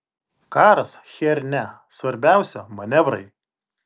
karas chiernia svarbiausia manevrai